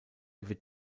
wird